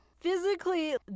physically